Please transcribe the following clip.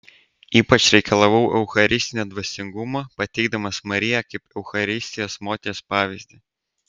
ypač reikalavau eucharistinio dvasingumo pateikdamas mariją kaip eucharistijos moters pavyzdį